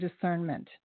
discernment